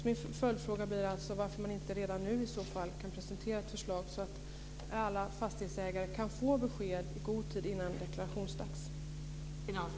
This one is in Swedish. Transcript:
Min följdfråga blir alltså varför man inte redan nu kan presentera ett förslag så att alla fastighetsägare kan få besked i god tid innan det blir deklarationsdags.